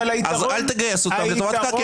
אז אל תגייס אותם לטובתך,